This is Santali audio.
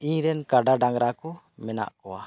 ᱤᱧᱨᱮᱱ ᱠᱟᱰᱟ ᱰᱟᱝᱨᱟ ᱠᱚ ᱢᱮᱱᱟᱜ ᱠᱚᱣᱟ